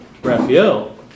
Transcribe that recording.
Raphael